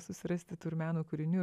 susirasti tų ir meno kūrinių